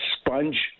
sponge